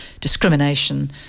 discrimination